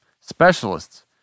Specialists